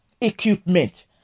equipment